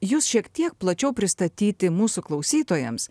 jus šiek tiek plačiau pristatyti mūsų klausytojams